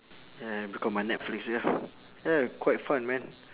ya because my netflix ya ya quite fun man